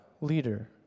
leader